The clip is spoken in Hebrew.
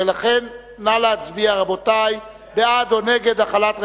נא להצביע, רבותי, בעד או נגד החלת רציפות.